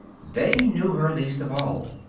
they knew her least of all.